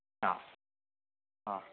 हा हा